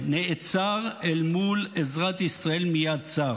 נעצר אל מול עזרת ישראל מיד צר.